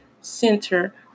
Center